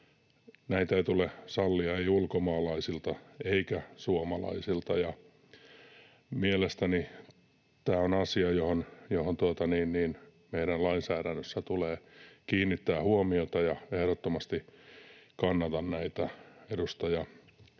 näitä ei tule sallia, ei ulkomaalaisilta eikä suomalaisilta. Mielestäni tämä on asia, johon meidän lainsäädännössä tulee kiinnittää huomiota, ja ehdottomasti kannatan näitä edustajan